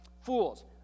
fools